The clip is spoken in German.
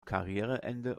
karriereende